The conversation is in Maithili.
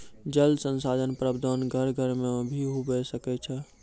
जल संसाधन प्रबंधन घर घर मे भी हुवै सकै छै